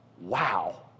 Wow